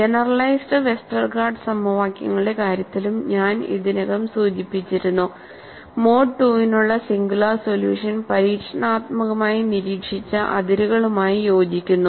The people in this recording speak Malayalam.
ജനറലൈസ്ഡ് വെസ്റ്റർഗാർഡ് സമവാക്യങ്ങളുടെ കാര്യത്തിലും ഞാൻ ഇതിനകം സൂചിപ്പിച്ചിരുന്നു മോഡ് II നുള്ള സിംഗുലാർ സൊല്യൂഷൻ പരീക്ഷണാത്മകമായി നിരീക്ഷിച്ച അതിരുകളുമായി യോജിക്കുന്നു